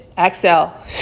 Exhale